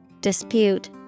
dispute